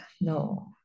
No